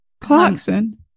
Clarkson